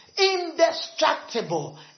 Indestructible